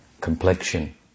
Complexion